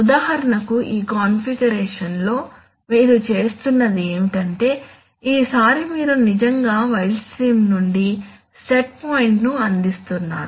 ఉదాహరణకు ఈ కాన్ఫిగరేషన్లో మీరు చేస్తున్నది ఏమిటంటే ఈసారి మీరు నిజంగా వైల్డ్ స్ట్రీమ్ నుండి సెట్ పాయింట్ను అందిస్తున్నారు